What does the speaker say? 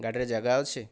ଗାଡ଼ିରେ ଜାଗା ଅଛି